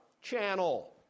channel